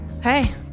hey